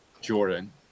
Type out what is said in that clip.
Jordan